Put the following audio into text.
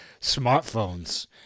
Smartphones